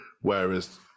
whereas